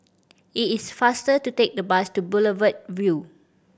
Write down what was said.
it is faster to take the bus to Boulevard Vue